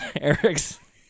Eric's